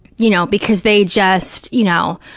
you know, because they just, you know,